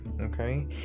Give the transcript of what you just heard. Okay